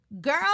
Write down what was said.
Girl